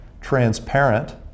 transparent